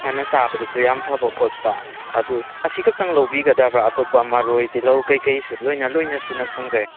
ꯍꯥꯟꯅ ꯆꯥꯕꯗꯁꯨ ꯌꯥꯝꯅ ꯐꯕ ꯈꯣꯠꯄ ꯑꯗꯨ ꯑꯁꯤ ꯈꯛꯇꯪ ꯂꯧꯕꯤꯒꯗꯕ꯭ꯔꯥ ꯑꯇꯣꯞꯄ ꯃꯔꯣꯏ ꯇꯤꯂꯧ ꯀꯩꯀꯩꯁꯨ ꯂꯣꯏꯅ ꯂꯣꯏꯅ ꯁꯨꯅ ꯐꯪꯖꯩ